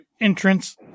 entrance